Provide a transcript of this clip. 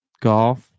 golf